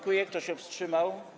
Kto się wstrzymał?